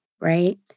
right